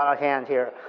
um hand here.